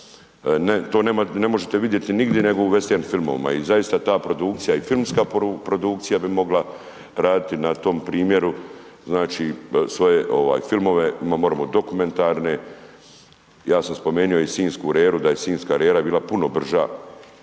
to ne možete vidjeti nigdje nego u vestern filmovima i zaista ta produkcija i filmska produkcija bi mogla raditi na tom primjeru, znači svoje ovaj filmove, moremo dokumentarne, ja sam spomenuo i sinjsku reru, da je sinjska rera bila puno brža,